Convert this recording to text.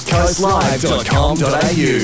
CoastLive.com.au